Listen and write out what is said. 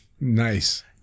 Nice